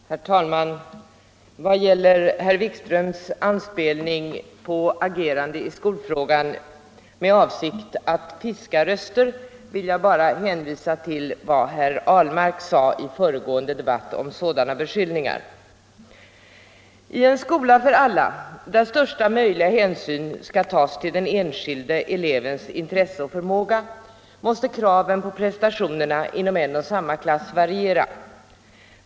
Herr talman! Beträffande herr Wikströms anspelning på ett agerande i skolfrågan med avsikt att fiska röster vill jag bara hänvisa till vad herr Ahlmark sade i föregående debatt om sådana beskyllningar. ”T en skola för alla, där största möjliga hänsyn skall tas till den enskilde elevens intresse och förmåga, måste kraven på prestationerna inom en och samma klass variera.